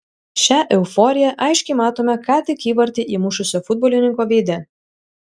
šią euforiją aiškiai matome ką tik įvartį įmušusio futbolininko veide